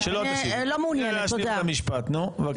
ב.